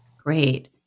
Great